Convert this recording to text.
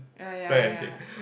ya ya ya